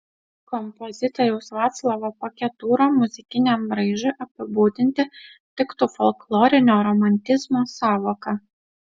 kompozitoriaus vaclovo paketūro muzikiniam braižui apibūdinti tiktų folklorinio romantizmo sąvoka